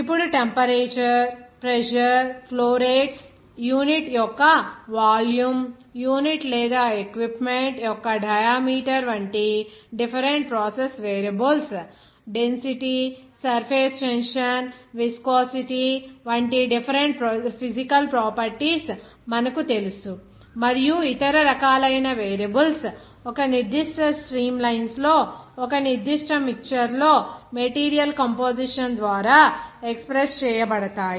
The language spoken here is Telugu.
ఇప్పుడుటెంపరేచర్ ప్రెజర్ ఫ్లో రేట్స్ యూనిట్ యొక్క వాల్యూమ్ యూనిట్ లేదా ఎక్విప్మెంట్ యొక్క డయామీటర్ వంటి different process variables density surface tension viscosity వంటి డిఫరెంట్ ఫిజికల్ ప్రాపర్టీస్ మనకు తెలుసు మరియు ఇతర రకాలైన వేరియబుల్స్ ఒక నిర్దిష్ట స్ట్రీమ్లైన్స్లో ఒక నిర్దిష్ట మిక్చర్ లో మెటీరియల్ కంపోజిషన్ ద్వారా ఎక్స్ప్రెస్ చేయబడతాయి